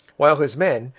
while his men,